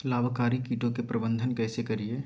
लाभकारी कीटों के प्रबंधन कैसे करीये?